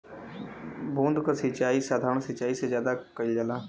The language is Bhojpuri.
बूंद क सिचाई साधारण सिचाई से ज्यादा कईल जाला